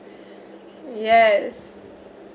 yes